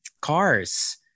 cars